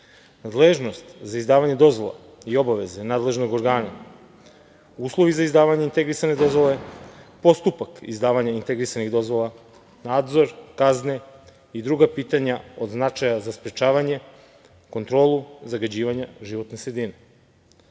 dozvola. Nadležnost za izdavanje dozvola i obaveze nadležnog organa, uslovi za izdavanje integrisane dozvole, postupak izdavanja integrisanih dozvola, nadzor, kazne i druga pitanja od značaja za sprečavanje, kontrolu zagađivanja životne sredine. Cilj